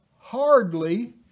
hardly